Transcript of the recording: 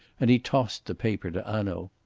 and he tossed the paper to hanaud.